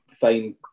find